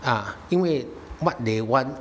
啊因为 what they want